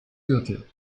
gürtel